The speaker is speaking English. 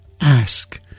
ask